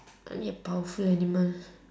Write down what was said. I need a powerful animal